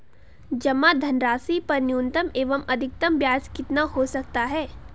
जमा धनराशि पर न्यूनतम एवं अधिकतम ब्याज कितना हो सकता है?